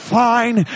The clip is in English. fine